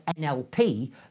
NLP